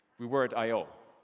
we were at i o.